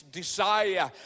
desire